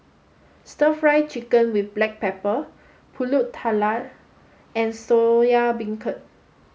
stir fry chicken with black pepper Pulut Tatal and Soya Beancurd